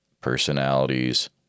personalities